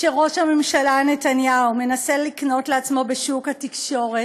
שראש הממשלה נתניהו מנסה לקנות לעצמו בשוק התקשורת,